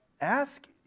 Ask